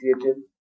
created